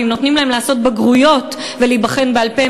ואם נותנים להם לעשות בגרויות ולהיבחן בעל-פה,